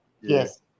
Yes